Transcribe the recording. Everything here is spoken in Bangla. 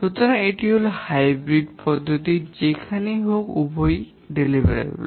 সুতরাং এটি হল হাইব্রিড পদ্ধতির যেখানে উভয়ই বিতরণযোগ্য